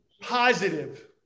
positive